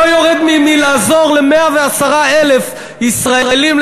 לא יורד מלעזור ל-110,000 ישראלים,